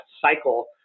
cycle